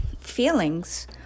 feelings